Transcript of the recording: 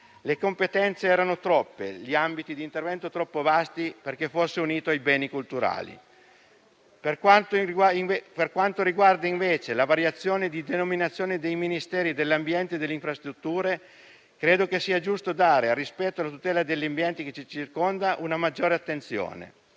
Le competenze erano troppe e gli ambiti di intervento troppo vasti perché fosse unito ai beni culturali. Per quanto riguarda invece la variazione di denominazione dei Ministeri dell'ambiente e delle infrastrutture, credo che sia giusto dare una maggiore attenzione al rispetto e alla tutela dell'ambiente che ci circonda. Lo dico da senatore